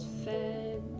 fed